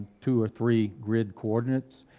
two, or three grid coordinates,